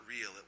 real